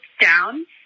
down